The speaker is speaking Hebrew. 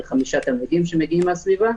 בחמישה תלמידים שמגיעים מהסביבה,